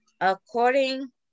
according